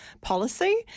policy